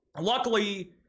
Luckily